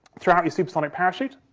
throw out your supersonic parachute,